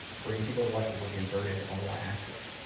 for you people that like to work inverted on the y axis,